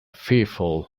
fearful